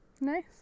Nice